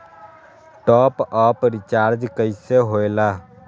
Top up recharge कइसे होएला?